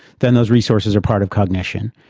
then those resources are part of cognition.